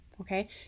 okay